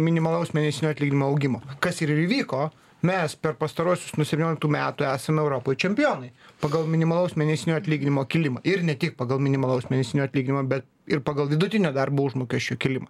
minimalaus mėnesinio atlyginimo augimo kas ir įvyko mes per pastaruosius nuo septynioliktų metų esam europoj čempionai pagal minimalaus mėnesinio atlyginimo kilimą ir ne tik pagal minimalaus mėnesinio atlyginimo bet ir pagal vidutinio darbo užmokesčio kilimą